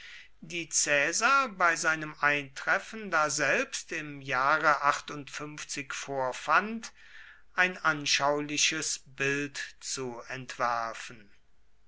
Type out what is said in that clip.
die caesar bei seinem eintreffen daselbst im jahre vorfand ein anschauliches bild zu entwerfen